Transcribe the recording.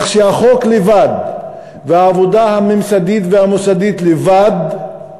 כך שהחוק לבד והעבודה הממסדית והמוסדית לבד,